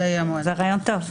זה רעיון טוב.